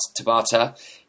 Tabata